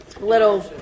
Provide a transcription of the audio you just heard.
little